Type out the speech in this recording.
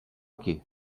aquí